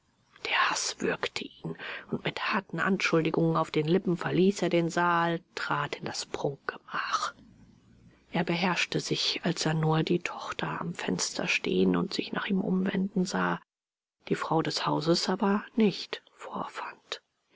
der haß würgte ihn und mit harten anschuldigungen auf den lippen verließ er den saal trat er in das prunkgemach er beherrschte sich als er nur die tochter am fenster stehen und sich nach ihm umwenden sah die frau des hauses aber nicht vorfand